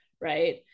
right